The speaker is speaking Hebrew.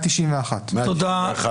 191. תודה,